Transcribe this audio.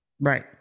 right